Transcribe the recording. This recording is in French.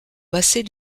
basset